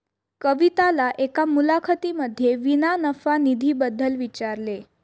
कविताला एका मुलाखतीमध्ये विना नफा निधी बद्दल विचारले